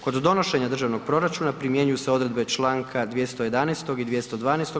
Kod donošenja državnog proračuna primjenjuju se odredbe čl. 211. i 212.